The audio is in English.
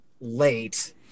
late